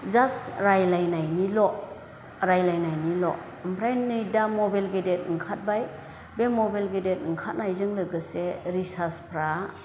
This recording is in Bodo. जास्ट रायलायनायनिल' रायलायनायनिल' ओमफ्राय नै दा मबेल गेदेद ओंखारबाय बे मबेल गेदेद ओंखारनायजों लोगोसे रिसार्चफ्रा